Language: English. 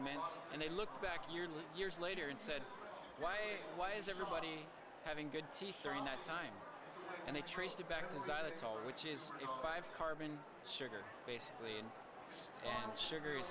and they looked back years and years later and said why why is everybody having good teeth during that time and they traced it back to xylitol which is five carbon sugar basically and sugar